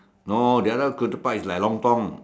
no the other ketupat is like lontong